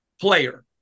player